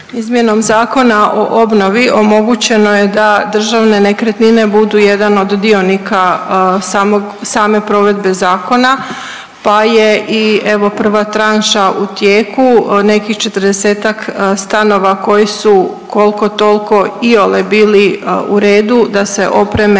Izmjenom Zakona o obnovi omogućeno je da državne nekretnine budu jedan od dionika same provedbe zakona, pa je i evo prva tranša u tijeku. Nekih četrdesetak stanova koji su koliko toliko iole bili u redu da se opreme